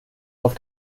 auf